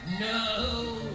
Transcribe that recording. No